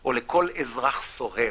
או לכל אזרח סוהר.